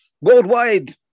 worldwide